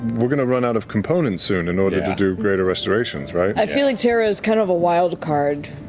we're going to run out of components soon in order to do greater restorations, right? marisha i feel like terra's kind of a wild card.